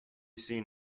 seen